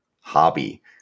hobby